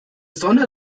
sonne